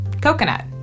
Coconut